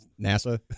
NASA